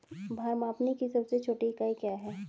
भार मापने की सबसे छोटी इकाई क्या है?